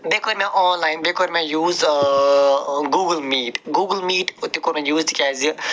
بیٚیہِ کوٚر مےٚ آن لایِن بیٚیہِ کوٚر مےٚ use Google Meet Google Meet تہِ کوٚر مےٚ یوٗز تِکیٛازِ